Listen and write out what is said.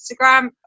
instagram